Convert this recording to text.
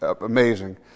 amazing